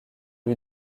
lui